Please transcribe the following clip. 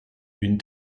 une